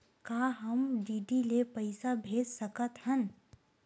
का हम डी.डी ले पईसा भेज सकत हन?